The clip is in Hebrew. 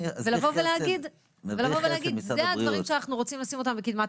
לבוא ולהגיד שאלה הדברים שאנחנו רוצים לשים אותם בקדמת